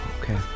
Okay